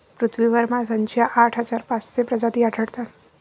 पृथ्वीवर माशांच्या आठ हजार पाचशे प्रजाती आढळतात